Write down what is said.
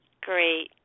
Great